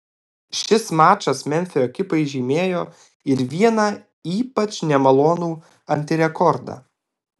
šis mačas memfio ekipai žymėjo ir vieną ypač nemalonų antirekordą